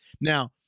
Now